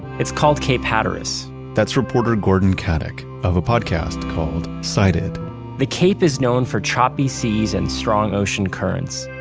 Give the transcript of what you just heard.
it's called cape hatteras that's reporter gordon katic of a podcast called cited the cape is known for choppy seas and strong ocean currents.